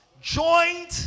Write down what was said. Joined